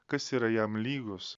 kas yra jam lygus